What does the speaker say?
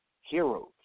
heroes